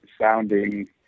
sounding